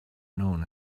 known